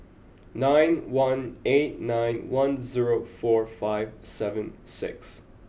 nine one eight nine one zero four five seven six